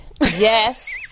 Yes